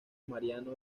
mariano